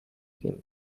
him